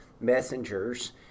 messengers